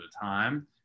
time